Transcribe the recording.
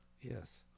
Yes